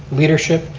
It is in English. leadership,